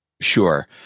Sure